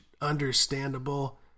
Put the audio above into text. understandable